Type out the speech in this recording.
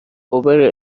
اوبر